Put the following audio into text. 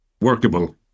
workable